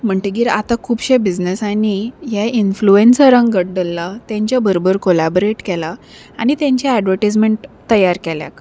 म्हणटगीर आतां खुबशे बिझनसांनी हे इन्फ्लुएन्सरांक घट धल्लां तेंच्या बरोबर कोलबरेट केला आनी तेंचे एडवर्टीजमेंट तयार केल्यात